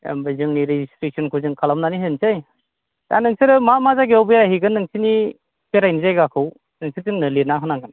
ओमफ्राय जोंनि रेजिस्ट्रेसनखौ जों खालामनानै होनोसै दा नोंसोरो मा मा जायगायाव बेरायहैगोन नोंसिनि बेरायनाय जायगाखौ नोंसोर जोंनो लिरना होनांगोन